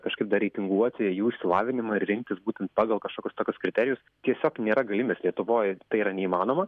kažkaip dar reitinguoti jų išsilavinimą ir rinktis būtent pagal kažkokius tokius kriterijus tiesiog nėra galimybės lietuvoj tai yra neįmanoma